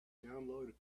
download